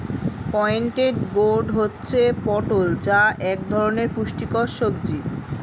pointed gourd হচ্ছে পটল যা এক পুষ্টিকর সবজি